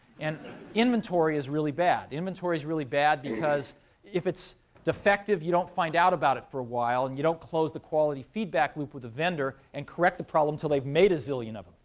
and inventory is really bad. inventory is really bad, because if it's defective, you don't find out about it for a while. and you don't close the quality feedback loop with the vendor, and correct the problem, until they've made a zillion of them.